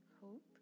hope